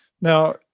Now